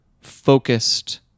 focused